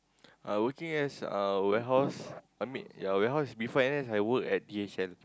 I working as uh warehouse I mean yea warehouse is before N_S I work at D_H_L